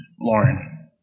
Lauren